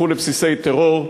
הפכו לבסיס טרור,